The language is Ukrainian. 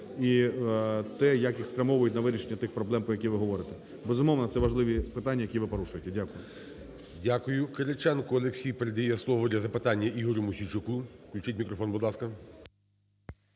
і те, як їх спрямовують на вирішення тих проблем, про які ви говорите. Безумовно, це важливі питання, які ви порушуєте. Дякую.